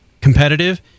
competitive